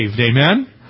Amen